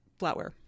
flatware